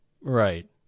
Right